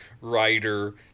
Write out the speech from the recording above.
writer